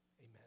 amen